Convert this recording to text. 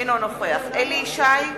אינו נוכח אליהו ישי,